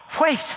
Wait